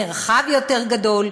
מרחב יותר גדול,